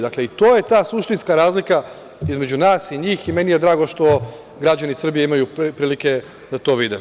Dakle, to je ta suštinska razlika između nas i njih, i meni je drago što građani Srbije imaju prilike da to vide.